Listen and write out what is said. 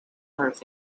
earth